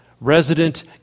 resident